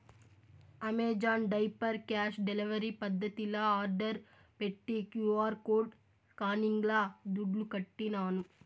Amazon diaper cash delivery పద్దతిల order పెట్టి QR code స్కానింగ్ల దుడ్లుకట్టినాను